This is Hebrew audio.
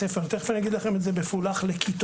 תיכף אני אגיד לכם את זה מפולח לכיתות.